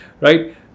right